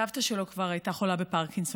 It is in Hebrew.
סבתא שלו כבר הייתה חולה בפרקינסון.